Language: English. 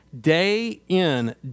day-in